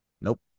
Nope